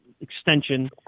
extension